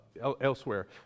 elsewhere